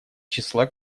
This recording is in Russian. числа